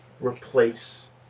replace